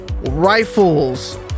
Rifles